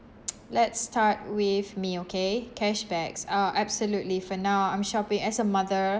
let's start with me okay cashbacks uh absolutely for now I'm shopping as a mother